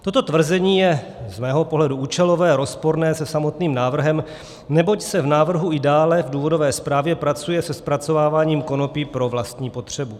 Toto tvrzení je z mého pohledu účelové, rozporné se samotným návrhem, neboť se v návrhu i dále v důvodové zprávě pracuje se zpracováváním konopí pro vlastní potřebu.